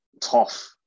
tough